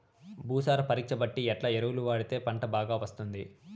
భూసార పరీక్ష బట్టి ఎట్లా ఎరువులు వాడితే పంట బాగా వస్తుంది?